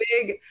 big